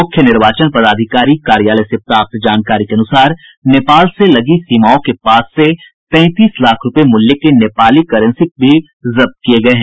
मुख्य निर्वाचन पदाधिकारी कार्यालय से प्राप्त जानकारी के अनुसार नेपाल से लगी सीमाओं के पास से तैंतीस लाख रूपये मूल्य के नेपाली करेंसी भी जब्त किये गये हैं